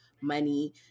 money